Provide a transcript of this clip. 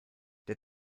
der